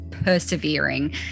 persevering